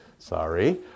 Sorry